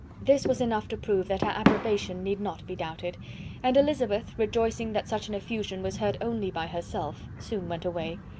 this was enough to prove that her approbation need not be doubted and elizabeth, rejoicing that such an effusion was heard only by herself, soon went away.